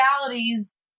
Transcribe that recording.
realities